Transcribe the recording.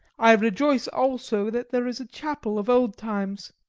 i rejoice also that there is a chapel of old times.